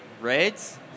Raids